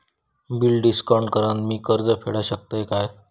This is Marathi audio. बिल डिस्काउंट करान मी कर्ज फेडा शकताय काय?